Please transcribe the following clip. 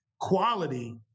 quality